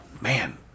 man